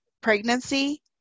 pregnancy